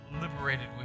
liberated